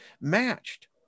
matched